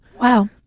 Wow